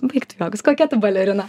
baik tu juokus kokia tu balerina